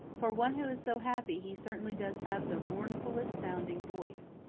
for one who is so happy he certainly does have the mournfullest sounding voice.